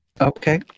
okay